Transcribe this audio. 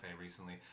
recently